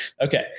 Okay